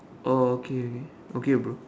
oh okay okay okay bro